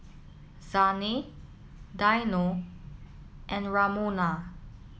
Zhane Dino and Ramona